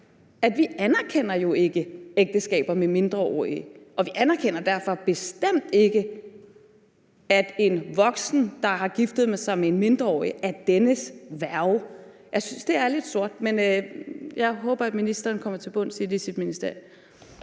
ikke anerkender ægteskab med mindreårige, og vi anerkender derfor bestemt ikke, at en voksen, der har giftet sig med en mindreårig, er dennes værge. Jeg synes, det er lidt sort, men jeg håber, at ministeren kommer til bunds i det i sit ministerie.